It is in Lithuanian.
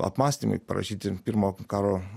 apmąstymai parašyti pirmo karo